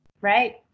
Right